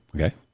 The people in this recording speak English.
Okay